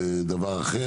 הדבר הזה.